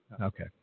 Okay